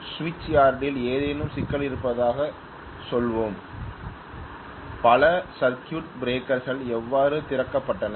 சுவிட்ச் யார்டில் ஏதேனும் சிக்கல் இருப்பதாகச் சொல்வோம் பல சர்க்யூட் பிரேக்கர்கள் எவ்வாறு திறக்கப்பட்டன